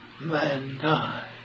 mankind